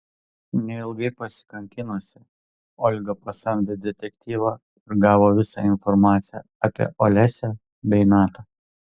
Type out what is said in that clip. neilgai pasikankinusi olga pasamdė detektyvą ir gavo visą informaciją apie olesią bei natą